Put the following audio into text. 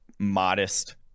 modest